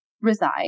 reside